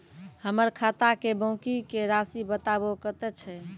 हमर खाता के बाँकी के रासि बताबो कतेय छै?